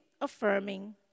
affirming